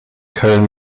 köln